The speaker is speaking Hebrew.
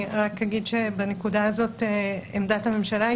אני רק אומר שבנקודה הזאת עמדת הממשלה היא